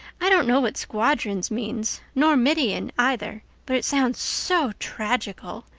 i don't know what squadrons means nor midian, either, but it sounds so tragical.